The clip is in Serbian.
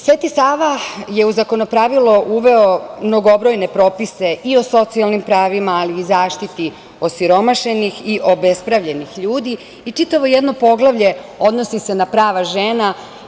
Sveti Sava je u Zakonopravilo uveo mnogobrojne propise i o socijalnim pravima, ali i zaštiti osiromašenih i obespravljenih ljudi i čitavo jedno poglavlje odnosi se na prava žena.